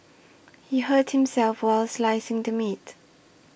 he hurt himself while slicing the meat